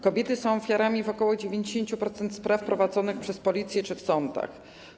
Kobiety są ofiarami w przypadku ok. 90% spraw prowadzonych przez policję czy sądy.